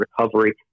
recovery